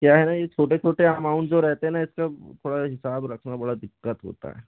क्या है ना ये छोटे छोटे अमाउंट जो रहते है ना इस पे थोड़ा हिसाब रखना बड़ा दिक्कत होता है